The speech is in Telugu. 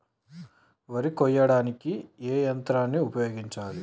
వరి కొయ్యడానికి ఏ యంత్రాన్ని ఉపయోగించాలే?